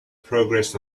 progress